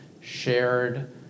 shared